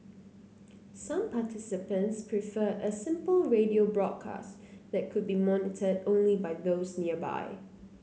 some participants preferred a simple radio broadcast that could be monitored only by those nearby